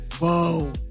whoa